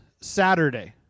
Saturday